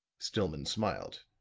stillman smiled.